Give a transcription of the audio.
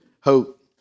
hope